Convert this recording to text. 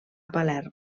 palerm